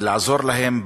לעזור להם,